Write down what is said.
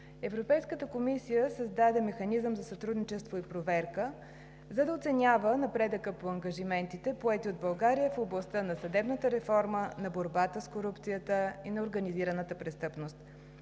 Европейската комисия създаде Механизъм за сътрудничество и проверка, за да оценява напредъка по ангажиментите, поети от България, в областта на съдебната реформа, на борбата с корупцията и на организираната престъпност.